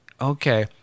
okay